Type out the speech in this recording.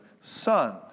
Son